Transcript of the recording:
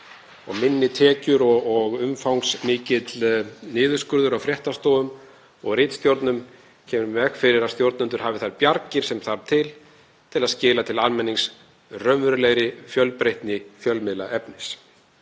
minni tekjur og umfangsmikill niðurskurður á fréttastofum og ritstjórnum komi í veg fyrir að stjórnendur hafi þær bjargir sem þurfi til að skila til almennings raunverulegri fjölbreytni fjölmiðlaefnis.